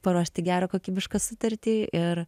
paruošti gerą kokybišką sutartį ir